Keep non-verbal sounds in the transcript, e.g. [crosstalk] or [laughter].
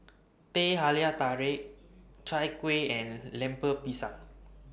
[noise] Teh Halia Tarik Chai Kuih and Lemper Pisang